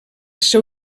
seu